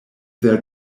their